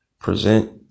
present